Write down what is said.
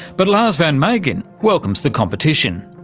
but lars van meegen welcomes the competition.